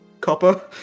copper